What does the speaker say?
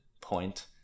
point